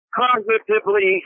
cognitively